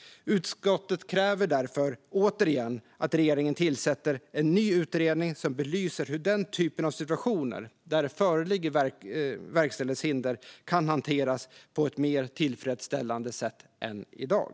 Utskottet kräver därför återigen att regeringen tillsätter en ny utredning som belyser hur den typ av situationer där det föreligger verkställighetshinder kan hanteras på ett mer tillfredsställande sätt än i dag.